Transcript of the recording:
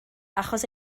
achos